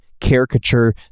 caricature